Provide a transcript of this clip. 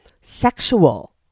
sexual